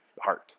heart